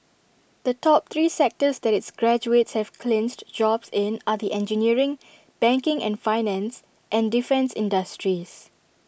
the top three sectors that its graduates have clinched jobs in are the engineering banking and finance and defence industries